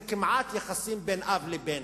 זה כמעט יחסים בין אב לבן.